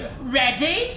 Ready